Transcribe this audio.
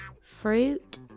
Fruit